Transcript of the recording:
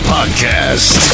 Podcast